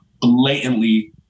blatantly